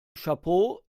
chapeau